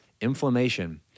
inflammation